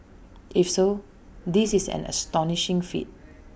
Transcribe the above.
if so this is an astonishing feat